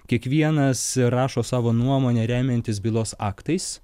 kiekvienas rašo savo nuomonę remiantis bylos aktais